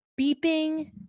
beeping